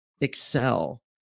excel